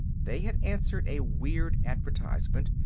they had answered a weird advertisement,